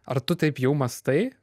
ar tu taip jau mąstai